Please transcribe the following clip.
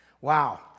Wow